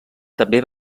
també